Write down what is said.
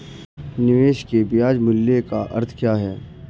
निवेश के ब्याज मूल्य का अर्थ क्या है?